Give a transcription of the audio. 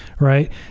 Right